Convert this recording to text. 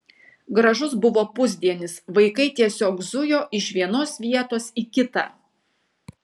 gražus buvo pusdienis vaikai tiesiog zujo iš vienos vietos į kitą